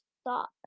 stop